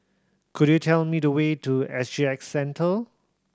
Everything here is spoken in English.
could you tell me the way to S G X Centre